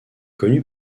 connu